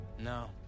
No